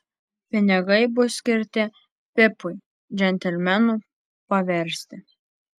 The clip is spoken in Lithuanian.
pinigai bus skirti pipui džentelmenu paversti